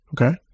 Okay